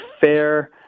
fair